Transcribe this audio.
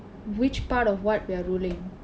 which part of what we're ruling